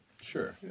Sure